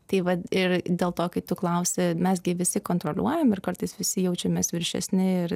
taip vat ir dėl to kai tu klausi mes gi visi kontroliuojam ir kartais visi jaučiamės viršesni ir